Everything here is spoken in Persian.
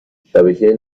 شبکه